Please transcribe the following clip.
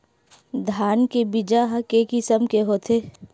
धान के बीजा ह के किसम के होथे?